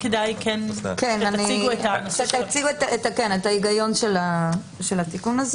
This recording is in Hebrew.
תציגו את ההיגיון של התיקון,